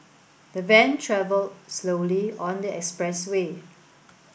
the van travelled slowly on the expressway